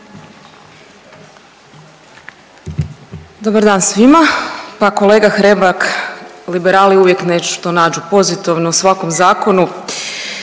Dobar dan svima. Pa kolega Hrebak, Liberali uvijek nešto nađu pozitivno u svakom zakonu.